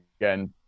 again